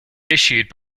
issued